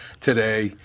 today